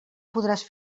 podràs